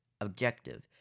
objective